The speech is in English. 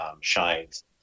shines